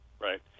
Right